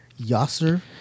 Yasser